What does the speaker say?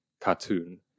cartoon